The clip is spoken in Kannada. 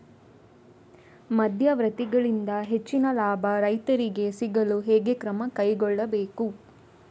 ಮಧ್ಯವರ್ತಿಗಳಿಂದ ಹೆಚ್ಚಿನ ಲಾಭ ರೈತರಿಗೆ ಸಿಗಲು ಹೇಗೆ ಕ್ರಮ ಕೈಗೊಳ್ಳಬೇಕು?